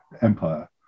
Empire